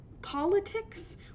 politics